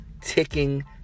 ticking